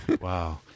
Wow